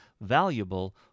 valuable